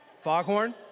Foghorn